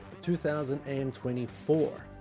2024